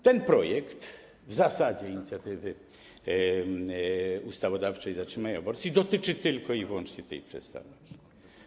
Ten projekt w zasadzie inicjatywy ustawodawczej „Zatrzymaj aborcję” dotyczy tylko i wyłącznie tej przesłanki.